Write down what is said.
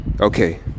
okay